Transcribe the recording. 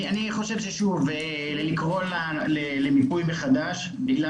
אני חושב לקרוא למיפוי מחדש בגלל